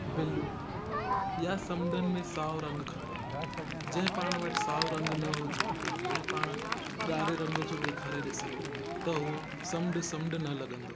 बिलू या समुंडनि में साओ रंग खपे जंहिं पाणि वटि साओ रंग न हुजे ऐं पाणि ॻाढ़े रंग जो ॾेखारे ॾि सघूं त उहो समुंड समुंड न लॻंदो